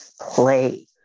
play